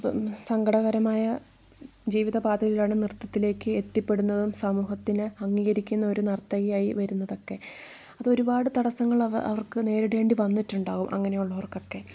സങ്കടകരമായ ജീവിത പാതയിലൂടെയാണ് നൃത്തത്തിലേക്ക് എത്തിപെടുന്നതും സമൂഹത്തിൽ അംഗീകരിക്കുന്ന ഒരു നർത്തകിയായി വരുന്നത് ഒക്കെ അത് ഒരുപാട് തടസങ്ങൾ അവർക്ക് നേരിടേണ്ടി വന്നിട്ട് ഉണ്ടാവും അങ്ങനെയുള്ളവർക്ക് ഒക്കെ